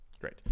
Great